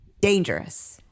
dangerous